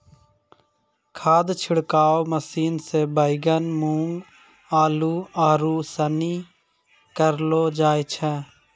खाद छिड़काव मशीन से बैगन, मूँग, आलू, आरू सनी करलो जाय छै